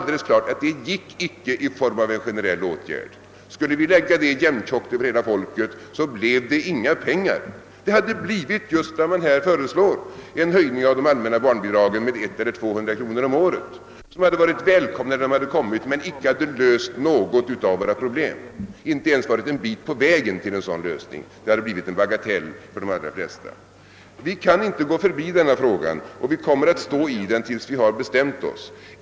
Det gick inte i form av en generell åtgärd. Skulle vi göra en tilldelning som vore lika för alla, blev det inga pengar för de verkligt behövande. Resultatet hade blivit just vad som här föreslås, nämligen en höjning av de allmänna barnbidragen med 100 eller 200 kronor om året, pengar som visserligen hade varit välkomna när de hade kommit men icke hade löst något av våra problem. Det hade inte ens hjälpt oss en bit på vägen mot en lösning. För de allra flesta hade summan varit bagatellartad. Vi kan inte gå förbi denna fråga. Vi kommer att stå i den till dess vi har bestämt oss.